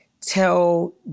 tell